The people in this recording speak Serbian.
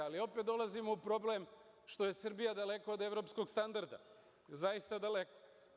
Ali, opet dolazimo u problem što je Srbija daleko od evropskog standarda, zaista daleko.